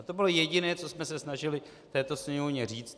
To bylo jediné, co jsme se snažili v této sněmovně říct.